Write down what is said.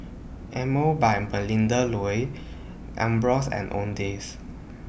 Emel By Melinda Looi Ambros and Owndays